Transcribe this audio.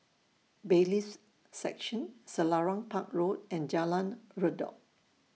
Bailiffs' Section Selarang Park Road and Jalan Redop